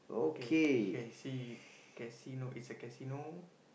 k k see casino it's a casino